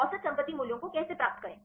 औसत संपत्ति मूल्यों को कैसे प्राप्त करें